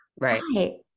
Right